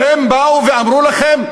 והם באו ואמרו לכם: